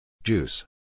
Juice